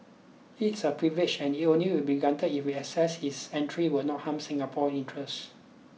it's a privilege and it will only be granted if we assess his entry will not harm Singapore's interest